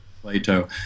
Plato